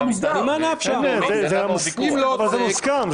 זה מוסכם.